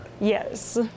Yes